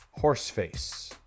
Horseface